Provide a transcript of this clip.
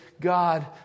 God